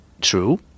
true